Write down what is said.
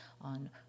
on